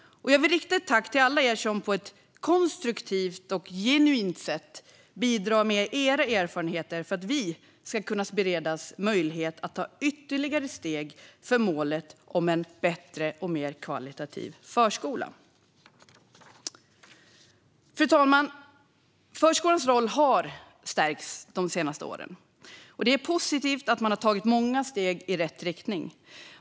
Jag vill rikta ett tack till alla er som på ett konstruktivt och genuint sätt bidrar med era erfarenheter så att vi bereds möjlighet att ta ytterligare steg mot målet om en bättre och mer högkvalitativ förskola. Fru talman! Förskolans roll har stärkts de senaste åren. Det är positivt att man har tagit många steg i rätt riktning.